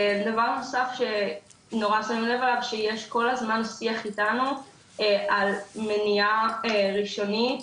דבר נוסף שנורא שמים לב אליו שיש כל הזמן שיח איתנו על מניעה ראשונית